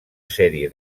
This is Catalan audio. sèrie